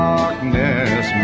Darkness